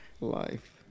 Life